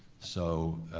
so